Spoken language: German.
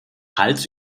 hals